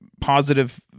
positive